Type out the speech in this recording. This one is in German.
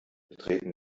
betreten